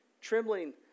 trembling